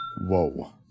Whoa